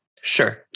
Sure